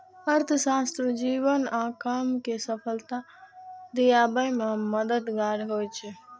अर्थशास्त्र जीवन आ काम कें सफलता दियाबे मे मददगार होइ छै